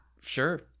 Sure